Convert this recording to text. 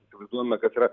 įsivaizduojame kas yra